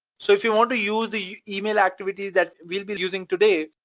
so if you want to use the email activity that we'll be using today,